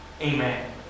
Amen